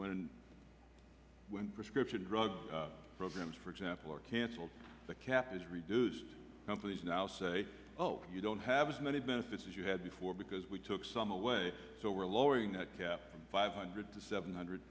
when prescription drug programs for example are cancelled the cap is reduced companies now say oh you don't have as many benefits as you had before because we took some away so we're lowering that five hundred to seven hundred